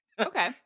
Okay